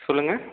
சொல்லுங்கள்